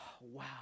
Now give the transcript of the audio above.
wow